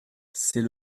c’est